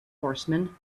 horsemen